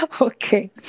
Okay